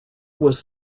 was